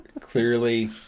Clearly